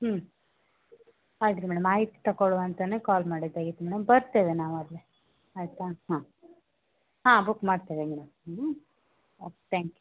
ಹ್ಞೂ ಆಯ್ತ್ರಿ ಮೇಡಮ್ ಆಯ್ತು ತೊಗೊಳ್ಳುವಾಂತನೆ ಕಾಲ್ ಮಾಡಿದ್ದಾಗಿತ್ತು ಮೇಡಮ್ ಬರ್ತೇವೆ ನಾವು ಅಲ್ಲೇ ಆಯಿತಾ ಹಾಂ ಹಾಂ ಬುಕ್ ಮಾಡ್ತೇವೆ ಮೇಡಂ ಓಕೆ ತ್ಯಾಂಕ್ ಯು